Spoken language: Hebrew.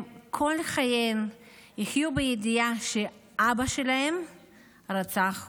כל חייהן הן יחיו בידיעה שאבא שלהן רצח אותה.